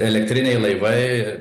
elektriniai laivai